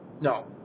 no